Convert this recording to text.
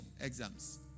exams